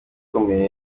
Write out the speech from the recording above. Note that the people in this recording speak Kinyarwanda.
ikomeye